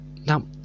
now